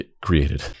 created